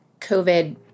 COVID